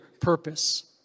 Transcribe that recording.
purpose